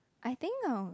I think uh